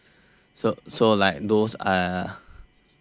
so so like those uh